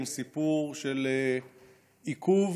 הן סיפור של עיכוב,